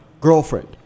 girlfriend